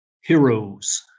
Heroes